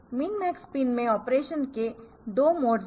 मिन max pin में operation के 2 मोड्स है